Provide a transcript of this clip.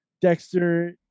Dexter